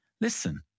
listen